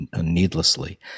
needlessly